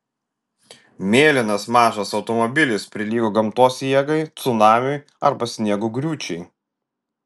mėlynas mažas automobilis prilygo gamtos jėgai cunamiui arba sniego griūčiai